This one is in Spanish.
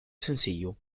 sencillo